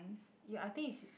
ya I think is